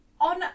on